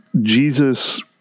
Jesus